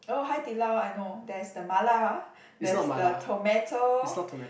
oh Hai-Di-Lao I know there's the Mala there's the tomato